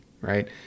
right